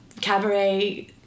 Cabaret